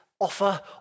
offer